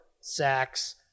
sacks